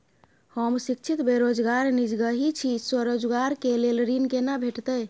हम शिक्षित बेरोजगार निजगही छी, स्वरोजगार के लेल ऋण केना भेटतै?